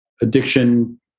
addiction